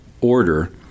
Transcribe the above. order